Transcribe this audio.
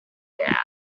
death